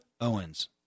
Owens